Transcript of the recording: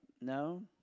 no